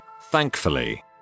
thankfully